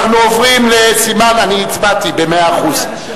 אני הצבעתי במאה אחוז.